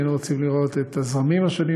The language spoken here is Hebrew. היינו רוצים לראות את הזרמים השונים